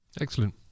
Excellent